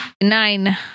Nine